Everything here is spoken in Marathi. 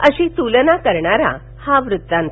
अशी तुलना करणारा हा वृत्तांत